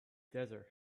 desert